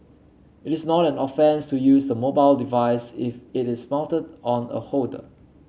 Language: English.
it is not an offence to use the mobile device if it is mounted on a holder